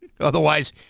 Otherwise